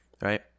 right